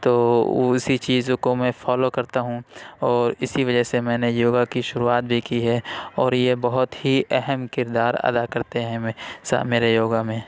تو اُسی چیزوں کو میں فالو کرتا ہوں اور اِسی وجہ سے میں نے یوگا کی شروعات بھی کی ہے اور یہ بہت ہی اہم کردار ادا کرتے ہیں میں سا میرے یوگا میں